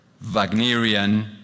Wagnerian